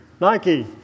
Nike